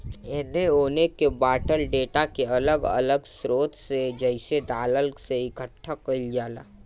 एने ओने के बॉटल डेटा के अलग अलग स्रोत से जइसे दलाल से इकठ्ठा कईल जाला